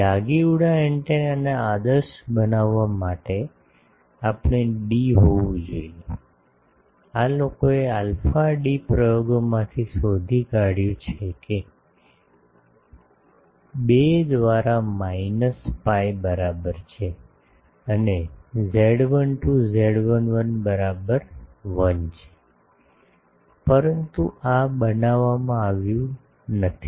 Yagi Uda એન્ટેનાને આદર્શ બનાવવા માટે આપણે ડી હોવું જોઈએ આ લોકોએ અલ્ફા ડી પ્રયોગમાંથી શોધી કાધ્યુ છે કે 2 દ્વારા માઈનસ pi બરાબર છે અને Z12 Z11 બરાબર 1 છે પરંતુ આ બનાવવામાં આવ્યું નથી